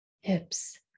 hips